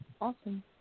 Awesome